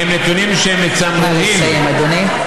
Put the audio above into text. שהם נתונים הם מצמררים, נא לסיים, אדוני.